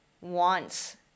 wants